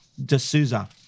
D'Souza